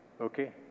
okay